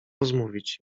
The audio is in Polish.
rozmówić